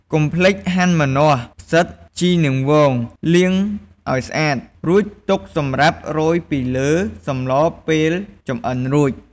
កុំភ្លេចហាន់ ម្នាស់ ផ្សិត ជីនាងវង លាងឱ្យស្អាត រួចទុកសម្រាប់រោយពីលើសម្លពេលចម្អិនរួច។